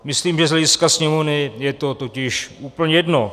Myslím, že z hlediska Sněmovny je to totiž úplně jedno.